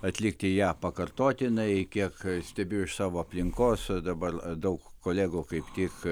atlikti ją pakartotinai kiek stebiu iš savo aplinkos dabar daug kolegų kaip tik